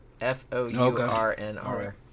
F-O-U-R-N-R